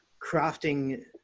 crafting